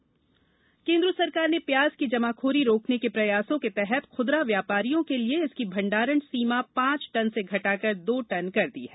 प्याज सरकार ने प्याज की जमाखोरी रोकने के प्रयासों के तहत खुदरा व्यापारियों के लिए इसकी भंडारण सीमा पांच टन से घटाकर दो टन कर दी है